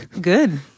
Good